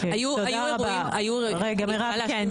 אני יכולה להשלים את דבריי?